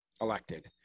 elected